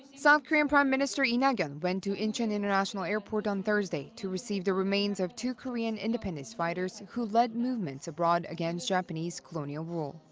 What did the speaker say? south korean prime minister lee nak-yon went to incheon international airport on thursday to receive the remains of two korean independence fighters who led movements abroad against japanese colonial rule.